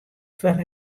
foar